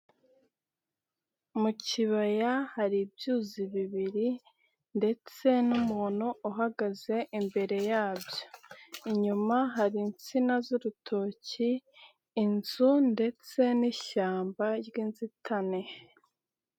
Mu kibaya hari ibyuzi bibiri ndetse n'umuntu uhagaze imbere yabyo, inyuma hari insina z'urutoki, inzu ndetse n'ishyamba ry'inzitane.